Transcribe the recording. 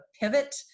pivot